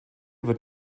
wird